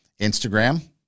Instagram